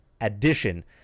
addition